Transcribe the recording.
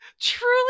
Truly